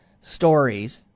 stories